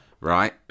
right